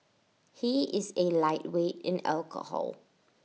he is A lightweight in alcohol